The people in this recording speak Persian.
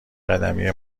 قدمی